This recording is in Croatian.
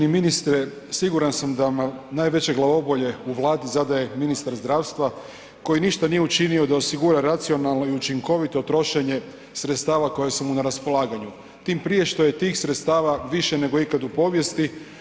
Uvaženi ministre siguran sam da vam najveće glavobolje u Vladi zadaje ministar zdravstva koji ništa nije učinio da osigura racionalno i učinkovito trošenje sredstava koja su mu na raspolaganju tim prije što je tih sredstava više nego ikad u povijesti.